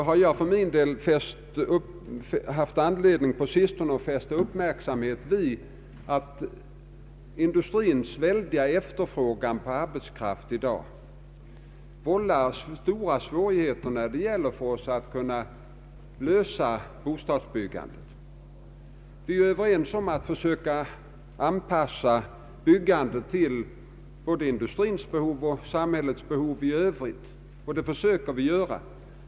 Jag har på sistone haft anledning att fästa uppmärksamheten på att industrins stora efterfrågan på arbetskraft i dag vållar svårigheter att lösa bostadsfrågan. Vi är överens om att försöka anpassa byggandet till både industrins och samhällets behov.